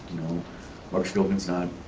marc schubin's not.